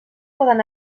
poden